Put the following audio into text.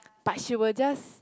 but she would just